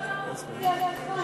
אם אני לא טועה האופוזיציה הלכה,